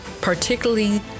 particularly